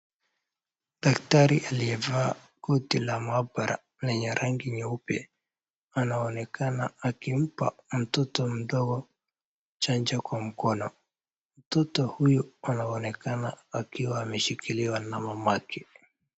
Daktari aliyevaa koti la maabara lenye rangi nyeupe anaonekana akimpa mtoto mdogo chanjo kwa mkono. Mtoto huyu anaonekana akiwa ameshikiliwa na mamake.